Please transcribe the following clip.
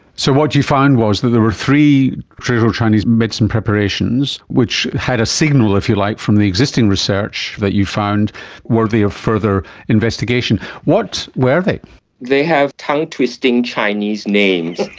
so what you found was that there were three traditional chinese medicine preparations which had a signal, if you like, from the existing research that you found worthy of further investigation. what were they? they have tongue twisting chinese names.